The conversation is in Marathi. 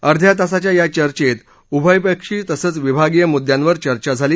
अर्ध्या तासाच्या या चर्वेत उभयपक्षी तसंच विभागीय मुद्यांवर चर्चा झाली